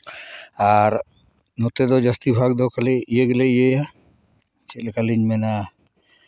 ᱟᱨ ᱱᱚᱛᱮ ᱫᱚ ᱡᱟᱹᱥᱛᱤ ᱵᱷᱟᱜᱽ ᱫᱚ ᱠᱷᱟᱹᱞᱤ ᱤᱭᱟᱹ ᱜᱮᱞᱮ ᱤᱭᱟᱹᱭᱟ ᱪᱮᱫ ᱞᱮᱠᱟ ᱞᱤᱧ ᱢᱮᱱᱟ